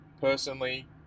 personally